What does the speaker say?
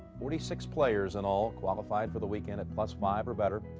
forty-six players in all qualified for the weekend at plus five or better.